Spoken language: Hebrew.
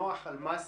נח אלמסי,